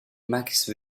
max